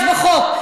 יש בחוק.